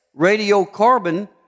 radiocarbon